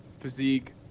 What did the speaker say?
physique